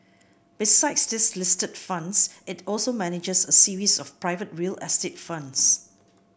besides these listed funds it also manages a series of private real estate funds